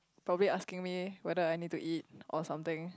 probably asking me whether I need to eat or something